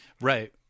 Right